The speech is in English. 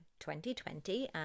2020